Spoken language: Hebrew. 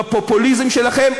בפופוליזם שלכם,